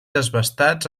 desbastats